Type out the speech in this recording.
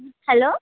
hello